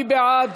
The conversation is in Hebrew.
מי בעד?